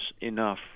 enough